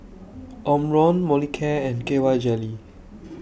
Omron Molicare and K Y Jelly